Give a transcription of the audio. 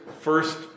first